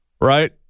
Right